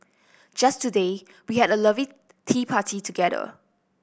just today we had a lovely tea party together